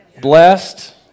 Blessed